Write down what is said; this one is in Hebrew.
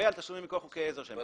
ועל תשלומים מכוח חוקי עזר שהם אגרות.